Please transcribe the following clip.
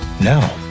Now